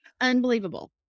Unbelievable